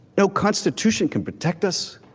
no constitution can protect us.